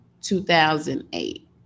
2008